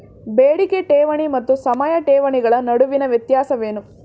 ಬೇಡಿಕೆ ಠೇವಣಿ ಮತ್ತು ಸಮಯ ಠೇವಣಿಗಳ ನಡುವಿನ ವ್ಯತ್ಯಾಸವೇನು?